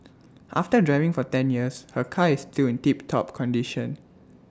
after driving for ten years her car is still in tiptop condition